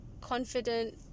confident